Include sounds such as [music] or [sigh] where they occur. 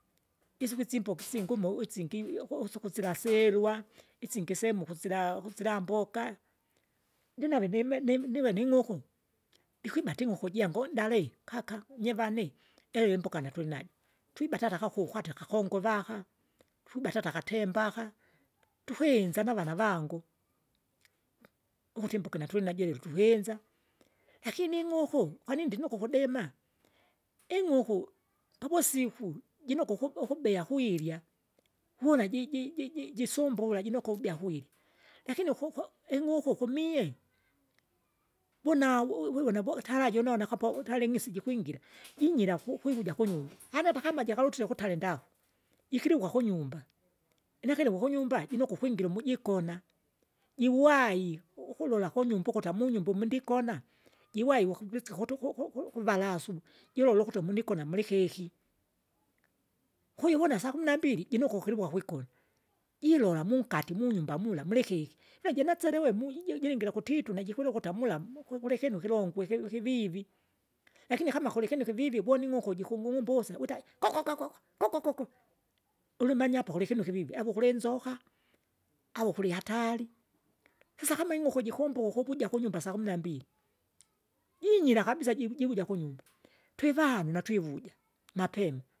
Isuku isimboka [noise] isingi umo isingi [unintelligible] isingi isemu ukusila ukusilambuka. Jinave nime nime nive ning'uku, ikwibata ing'uku jango nale- kaka, nyivane ili imboka natulinajo, twibata ata kakuku kata kakongove aka, twibata ata akatemba aka, kukinza navara navala vangu, ukuti mbukina tulinajelu tuhinza. Lakini ing'uku, kwanini ndinuku ukudima, ing'uku, pavusiku, jinoku ukubu- ukubia kwirya, wula ji- ji- ji- ji- jisumbula jinoko ubya kuirya, lakini ukuku ing'uku kumie, vuna wu vivona vo utaraji unona akapo utaling'isi jikwingira [noise] jinyira ku- kwivuja [noise] kunyumba, [noise] hani hatakama jikalutile kutale ndaku, ikiliukwa kunyumba. Nakiliki kunyumba jinoko ukwingira umujikona, jiwai, ukulula kunymba ukuta amunyumba umu ndikona, jiwai woku visika ukutu ku- ku- ku- kuvarasu, jilole ukuti munikona mulikeki, kuivuna sakumi nambili, jinukwa ukiliwuka kwigona, jilola munkati munyumba mula mulikiki, najinaselewe muiji jiringira kutiktu najikulila ukuta amulamu, kwekulikinu ikilongwe iki- ikivivi. Lakini kama kulikinu kivivi voning'uku jikung'umbusya wita, [unintelligible] [unintelligible] ulimenye apo kulikinu kivii avo kulinzoka au kuli hatari, sasa kama ing'uku jikumbuka ukuvuja kunyumba saa kumi nambil, jinyira kabisa jiv- jivuja kunyumba, twivanu natwivuja, mapema.